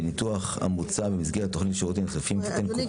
בניתוח המוצע במסגרת תכנית --- אדוני,